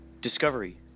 discovery